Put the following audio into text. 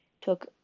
Took